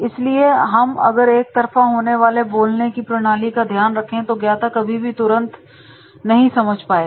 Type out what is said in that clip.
इसलिए हम अगर एक तरफ होने वाली बोलने की प्रणाली का ध्यान रखें तो ज्ञाता कभी भी तुरंत नहीं समझ पाएगा